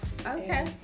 Okay